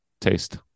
taste